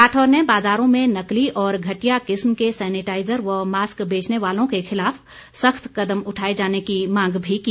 राठौर ने बाज़ारों में नकली और घटिया किस्म के सैनिटाइज़र व मास्क बेचने वालों के खिलाफ सख्त कदम उठाए जाने की मांग भी की